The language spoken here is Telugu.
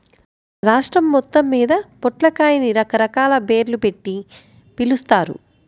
మన రాష్ట్రం మొత్తమ్మీద పొట్లకాయని రకరకాల పేర్లుబెట్టి పిలుస్తారు